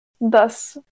thus